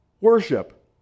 worship